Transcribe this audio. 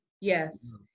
Yes